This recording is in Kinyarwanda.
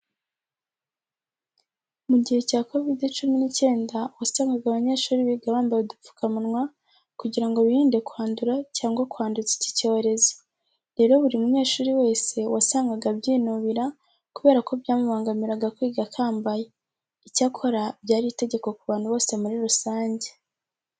Mu gihe cya Kovide cumi n'icyenda wasangaga abanyeshuri biga bambaye udupfukamunwa kugira ngo birinde kwandura cyangwa kwanduza iki cyorezo. Rero buri munyeshuri wese wasangaga abyinubira kubera ko byamubangamiraga kwiga akambaye. Icyakora byari itegeko ku bantu bose muri rusange.